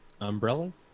Umbrellas